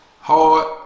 hard